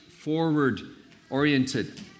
Forward-oriented